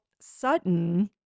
Sutton